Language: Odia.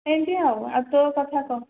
ଏମିତି ଆଉ ଆଉ ତୋ କଥା କହ